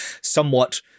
somewhat